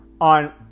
on